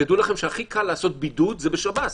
תדעו לכם שהכי קל לעשות בידוד זה בשב"ס,